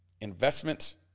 investment